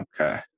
Okay